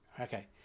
Okay